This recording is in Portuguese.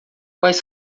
quais